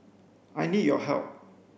I need your help